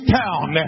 town